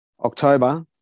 October